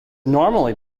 normally